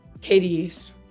Katie's